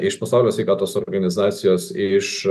iš pasaulio sveikatos organizacijos iš